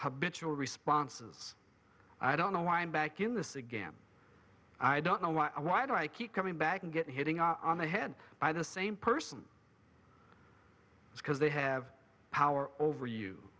bitter responses i don't know why i'm back in this again i don't know why why do i keep coming back and get hitting up on the head by the same person because they have power over you